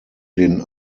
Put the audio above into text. den